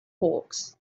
hawks